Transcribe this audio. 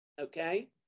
okay